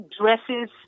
dresses